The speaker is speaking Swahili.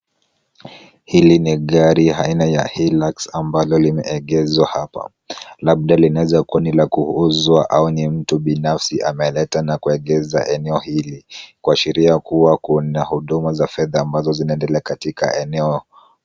Hili ni gari aina ya Hilux ambalo limeegeshwa hapa, labda linaweza kuwa ni la kuuzwa au ni mtu binafsi ameleta na kuegesha eneo hili, kuashiria kuwa kuna huduma za fedha ambazo zinaendelea katika eneo.